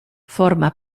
forma